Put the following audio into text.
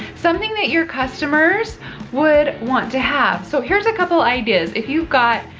something that your customers would want to have. so, here's a couple ideas. if you've got,